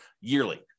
yearly